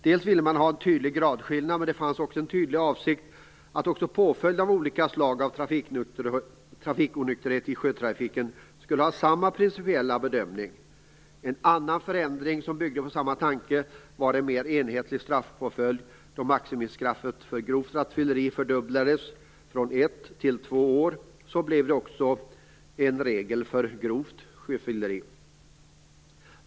Man ville ha en tydlig gradskillnad, men det fanns också en uttalad avsikt att även påföljden av olika slags trafikonykterhet i sjötrafiken skulle ha samma principiella bedömning. En annan förändring som byggde på samma tanke var en mer enhetlig straffpåföljd. Då maximistraffet för grovt rattfylleri fördubblades från ett till två år, blev detta regel också för grovt sjöfylleri.